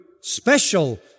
special